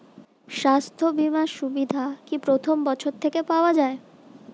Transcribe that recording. স্বাস্থ্য বীমার সুবিধা কি প্রথম বছর থেকে পাওয়া যায়?